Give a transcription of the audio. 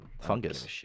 fungus